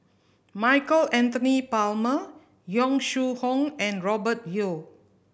Michael Anthony Palmer Yong Shu Hoong and Robert Yeo